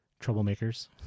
troublemakers